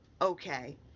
Okay